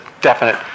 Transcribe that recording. definite